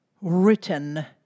written